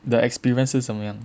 the experience 是怎么样